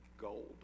gold